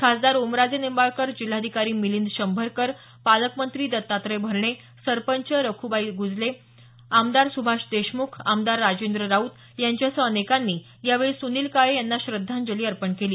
खासदार ओमराजे निंबाळकर जिल्हाधिकारी मिलिंद शंभरकर पालकमंत्री दत्तात्रय भरणे सरपंच सख्बाई ग्जले आमदार सुभाष देशमुख आमदार राजेंद्र राऊत यांच्यासह अनेकांनी यावेळी सुनील काळे यांना श्रद्धांजली अर्पण केली